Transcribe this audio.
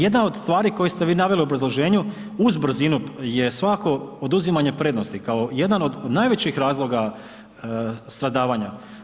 Jedan od stvari koje ste vi naveli u obrazloženju uz brzinu je svakako oduzimanje prednosti, kao jedan od najvećih razloga stradavanja.